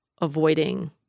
avoiding